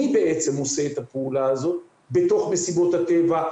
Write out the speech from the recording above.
מי בעצם עושה את הפעולה הזאת בתוך מסיבות הטבע,